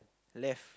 left